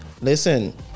listen